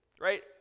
right